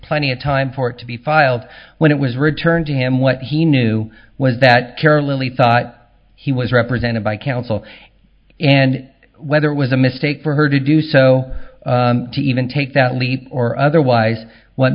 plenty of time for it to be filed when it was returned to him what he knew was that carolyn lee thought he was represented by counsel and whether it was a mistake for her to do so to even take that leap or otherwise what